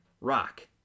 Rock